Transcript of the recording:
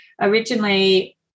Originally